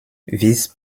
this